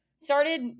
started